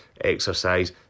exercise